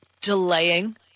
delaying